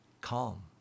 calm